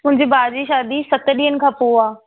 मुंहिंजे भाउ जी शादी सत ॾींहनि खां पोइ आहे